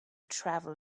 travel